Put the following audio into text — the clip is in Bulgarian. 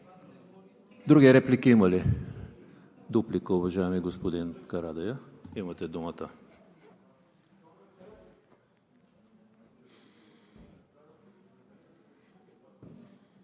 Други реплики има ли? Дуплика, уважаеми господин Карадайъ. Имате думата.